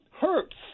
hurts